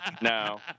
No